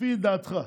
לפי דעתך.